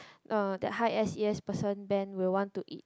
uh that high S_E_S person Ben will want to eat